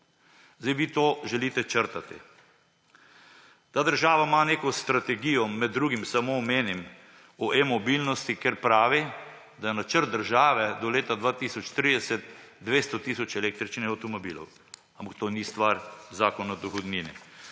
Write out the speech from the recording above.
nič.« Vi to želite črtati. Ta država ima neko strategijo, med drugim, samo omenim, o e-mobilnosti, kjer pravi, da je načrt države do leta 2030 200 tisoč električnih avtomobilov. Ampak to ni stvar Zakona o dohodnini.